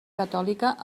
catòlica